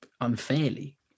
unfairly